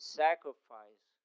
sacrifice